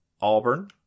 Auburn